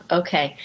okay